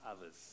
others